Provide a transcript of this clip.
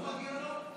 לא מגיע לו,